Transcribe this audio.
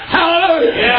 Hallelujah